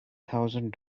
thousand